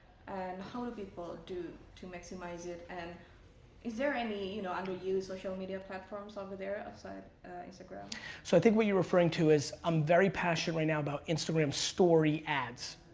and how will people do to maximize it and is there any you know underused social media platforms over there outside instagram? so i think what you're referring to is i'm very passionate right now about instagram story ads.